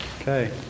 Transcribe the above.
Okay